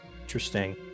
interesting